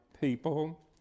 people